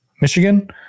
Michigan